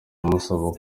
amusaba